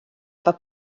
efo